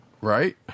right